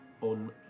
on